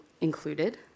included